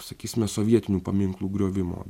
sakysime sovietinių paminklų griovimo